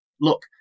look